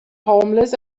homeless